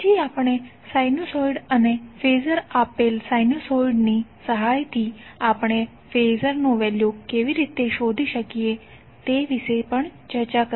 પછી આપણે સાઇનુસોઈડ અને ફેઝર આપેલ સાઇનુસોઈડ ની સહાયથી આપણે ફેઝર નું વેલ્યુ કેવી રીતે શોધી શકીએ તે વિશે ચર્ચા કરી